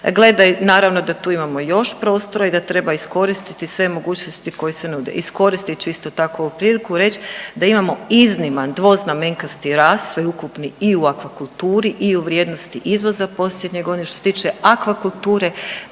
Gledaj naravno da tu imamo još prostora i da treba iskoristiti sve mogućnosti koje se nude. Iskoristit ću isto tako ovu priliku i reć da imamo izniman dvoznamenkasti rast sveukupni i u akvakulturi i u vrijednosti izvoza posljednje godine, što se tiče akvakulture